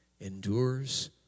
endures